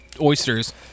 oysters